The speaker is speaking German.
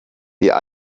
wir